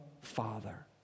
Father